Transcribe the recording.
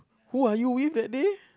who are you with that day